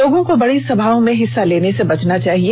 लोगों को बड़ी सभाओं में हिस्सा लेने से बचना चाहिए